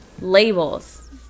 labels